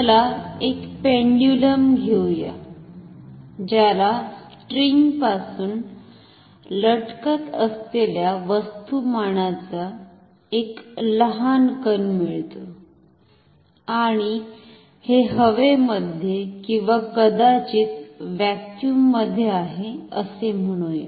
चला एक पेंडुलम घेऊ या ज्याला स्ट्रिंगपासून लटकत असलेल्या वस्तुमानाचा एक लहान कण मिळतो आणि हे हवेमध्ये किंवा कदाचित व्हॅक्यूममध्ये आहे असे म्हणुया